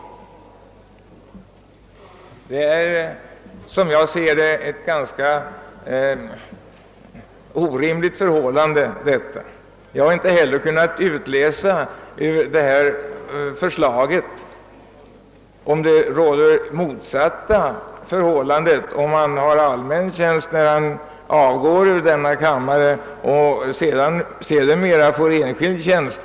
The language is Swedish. Enligt min mening är detta ett orimligt förhållande. Jag har inte heller kunnat utläsa av förslaget att det motsatta gäller om han har allmän tjänst när han lämnar riksdagsuppdraget och sedermera får enskild tjänst.